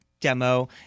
demo